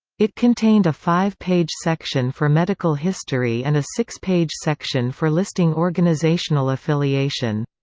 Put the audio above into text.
it contained a five-page section for medical history and a six-page section for listing organisational affiliation.